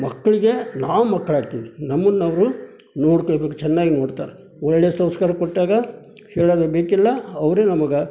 ಮಕ್ಕಳಿಗೆ ನಾವು ಮಕ್ಕಳಾಗ್ತೀವಿ ನಮ್ಮನ್ನ ಅವ್ರು ನೋಡ್ಕೊಳ್ಬೇಕು ಚೆನ್ನಾಗಿ ನೋಡ್ತಾರೆ ಒಳ್ಳೆಯ ಸಂಸ್ಕಾರ ಕೊಟ್ಟಾಗ ಹೇಳೋದೇ ಬೇಕಿಲ್ಲ ಅವರೇ ನಮಗೆ